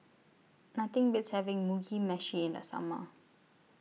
Nothing Beats having Mugi Meshi in The Summer